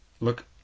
Look